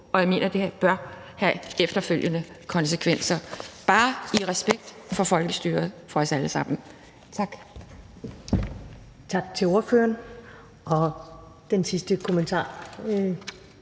og jeg mener, at det bør få efterfølgende konsekvenser – bare i respekt for folkestyret og os alle sammen. Tak.